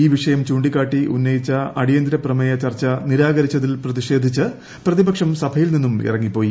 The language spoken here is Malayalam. ഈ വിഷയം ചൂിക്കാട്ടി ഉന്നയിച്ച അടിയന്തപ്രമേയ ചർച്ച നിരാകരിച്ചതിൽ പ്രതിഷേധിച്ച് പ്രതിപക്ഷം സഭയിൽ നിന്നും ഇറങ്ങിപ്പോയി